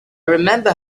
remember